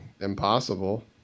impossible